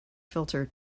filter